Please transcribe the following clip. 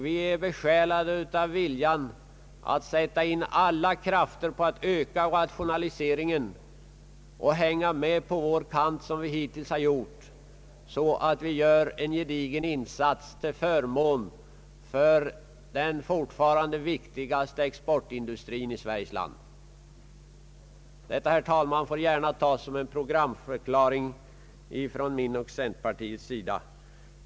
Vi är besjälade av viljan att sätta in alla krafter på att öka rationaliseringen och hänga med på vår kant, som vi hittills har gjort, så att vi gör en gedigen insats till förmån för den fortfarande viktigaste exportindustrin i Sveriges land. Detta, herr talman, får gärna tas som en programförklaring från mig och centerpartiet.